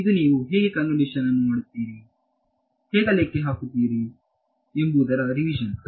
ಇದು ನೀವು ಹೇಗೆ ಕನ್ವಿಲೇಶನ್ ಅನ್ನು ಮಾಡುತ್ತೀರಿ ಹೇಗೆ ಲೆಕ್ಕ ಹಾಕುತ್ತೀರಿ ಎಂಬುದರ ರಿವಿಷನ್